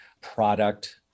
product